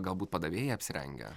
kaip galbūt padavėjai apsirengę